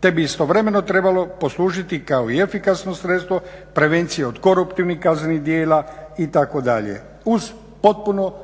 te bi istovremeno trebalo poslužiti kao i efikasno sredstvo prevencije od koruptivnih kaznenih djela itd., uz potpuno